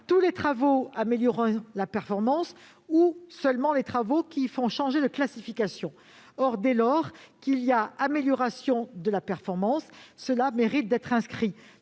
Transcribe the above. tous les travaux améliorant la performance ou seulement ceux qui font changer de classification ? Dès lors qu'il y a amélioration de la performance, les travaux méritent d'être inscrits